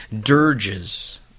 Dirges